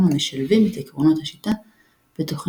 המשלבים את עקרונות השיטה בתוכניותיהם.